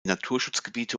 naturschutzgebiete